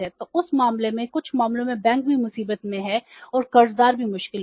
तो उस मामले में कुछ मामलों में बैंक भी मुसीबत में हैं और कर्जदार भी मुश्किल में हैं